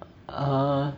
err